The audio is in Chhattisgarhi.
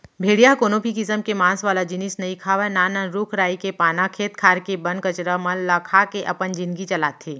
भेड़िया ह कोनो भी किसम के मांस वाला जिनिस नइ खावय नान नान रूख राई के पाना, खेत खार के बन कचरा मन ल खा के अपन जिनगी चलाथे